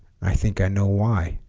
i think i know why